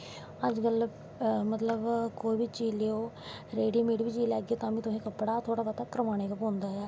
अज्ज कल मतलव कोई बी चीज़ लैओ रड़ी मेड़ गै लैह्गे तां बी तुसें थोह्ड़ा बौह्ता कपड़ा करवानां गै पौंदा ऐ